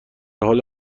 حال